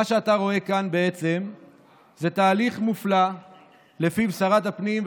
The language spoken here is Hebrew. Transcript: מה שאתה רואה כאן זה למעשה תהליך מופלא שלפיו שרת הפנים,